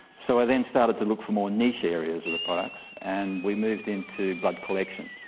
so i then started to look for more niche areas of the products and we moved into blood collection,